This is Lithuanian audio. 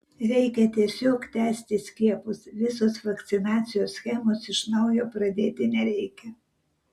reikia tiesiog tęsti skiepus visos vakcinacijos schemos iš naujo pradėti nereikia